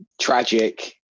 tragic